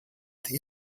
the